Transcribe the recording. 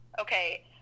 okay